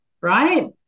right